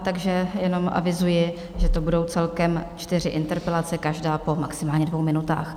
Takže jenom avizuji, že to budou celkem čtyři interpelace, každá po maximálně dvou minutách.